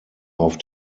auf